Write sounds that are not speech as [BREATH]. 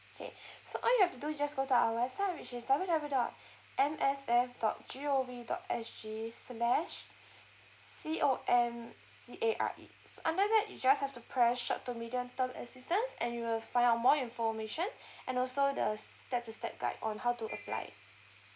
okay [BREATH] so all you have to do is just go to our website which is W W W dot M S F dot G O V dot S G slash C O M C A R E under that you just have to press short to medium term assistance and you will find out more information [BREATH] and also the step to step guide on how to apply